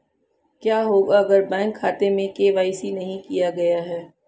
क्या होगा अगर बैंक खाते में के.वाई.सी नहीं किया गया है?